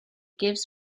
gives